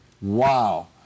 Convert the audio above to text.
Wow